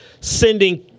sending